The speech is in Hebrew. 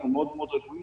אנחנו מאוד רגועים